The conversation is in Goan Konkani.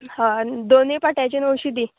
हय दोनी पाट्याचे णवशें दी